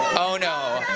oh, no.